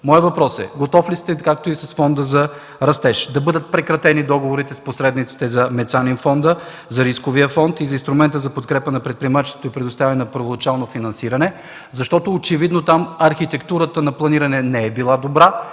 Моят въпрос е: готов ли сте, както и с Фонда за растеж, да бъдат прекратени договорите с посредниците за Мецанин фонда, за Рисковия фонд и за инструмента за подкрепа на предприемачеството и предоставяне на първоначално финансиране, защото очевидно там архитектурата на планиране не е била добра